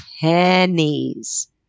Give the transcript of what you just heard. pennies